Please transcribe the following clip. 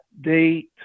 date